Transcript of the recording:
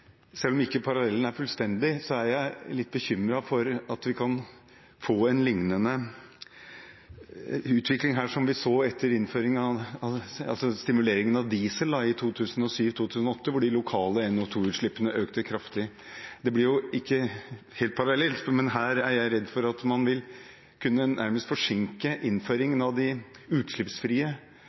at vi kan få en lignende utvikling som den vi så etter stimuleringen av diesel i 2007–2008, da de lokale NO 2 -utslippene økte kraftig. Det blir ikke helt parallelt, men her er jeg redd for at man vil kunne nærmest forsinke innføringen av de utslippsfrie